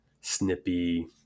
snippy